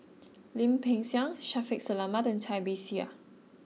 Lim Peng Siang Shaffiq Selamat and Cai Bixia